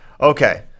Okay